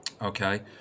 okay